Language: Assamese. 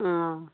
অঁ